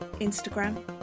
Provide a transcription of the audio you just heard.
instagram